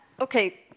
okay